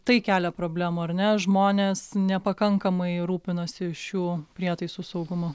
tai kelia problemų ar ne žmonės nepakankamai rūpinasi šių prietaisų saugumu